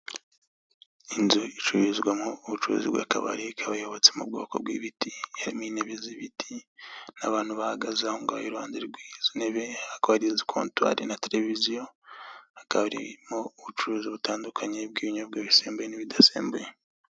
Inzu icururizwa mo ubucuruzi bw'akabari ikaba yubatse mu bwoko bw'ibiti, irimo intebe z'ibiti n'abantu bahagaze ahongaho iruhande rw'itebe, harimo contori na televiziyo akabarimo ubucuruzi butandukanye bw'ibinyobwa bisembuye n'ibidasembuye.